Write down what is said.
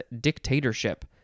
dictatorship